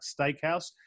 Steakhouse